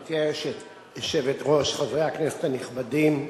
גברתי היושבת-ראש, חברי הכנסת הנכבדים,